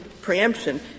preemption